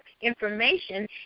information